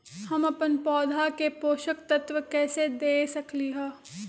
हम अपन पौधा के पोषक तत्व कैसे दे सकली ह?